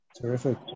Terrific